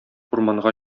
урманга